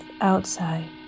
outside